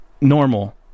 normal